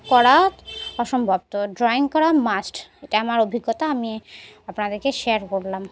করা অসম্ভব তো ড্রয়িং করা মাস্ট এটা আমার অভিজ্ঞতা আমি আপনাদেরকে শেয়ার করলাম